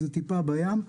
זה טיפה בים.